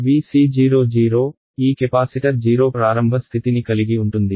Vc 0 0 ఈ capacitor 0 ప్రారంభ స్థితిని కలిగి ఉంటుంది